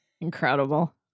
Incredible